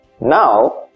now